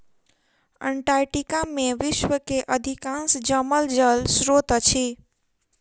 Antarctica में विश्व के अधिकांश जमल जल स्त्रोत अछि